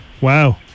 Wow